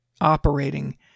operating